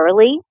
early